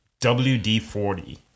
WD-40